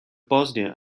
bosnia